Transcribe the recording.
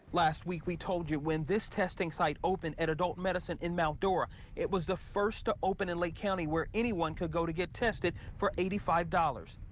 last week we told you when this testing site open at adult medicine in mount dora it was the first to open in lee county where anyone can go to get tested for eighty five dollars.